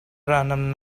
random